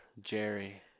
Jerry